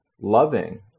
loving